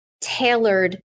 tailored